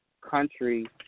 country